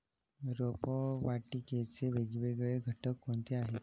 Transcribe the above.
रोपवाटिकेचे वेगवेगळे घटक कोणते आहेत?